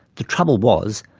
the trouble was,